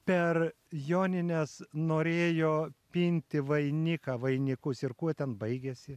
per jonines norėjo pinti vainiką vainikus ir kuo ten baigėsi